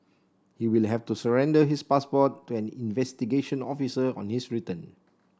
he will have to surrender his passport to an investigation officer on his return